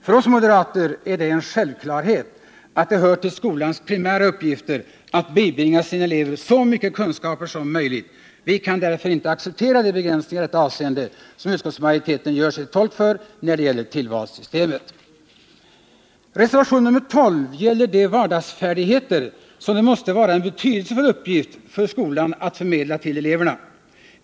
För oss moderater är det en sjävklarhet att det hör till skolans primära uppgifter att bibringa sina elever så mycket kunskaper som möjligt. Vi kan därför inte acceptera de begränsningar i detta avseende som utskottsmajoriteten gör sig till tolk för när det gäller tillvalssystemet. Reservationen nr 12 gäller de vardagsfärdigheter som det måste vara en betydelsfull uppgift för skolan att förmedla till eleverna.